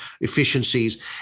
efficiencies